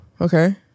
okay